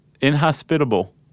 Inhospitable